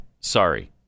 sorry